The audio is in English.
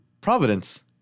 providence